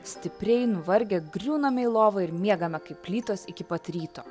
stipriai nuvargę griūname į lovą ir miegame kaip plytos iki pat ryto